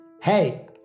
Hey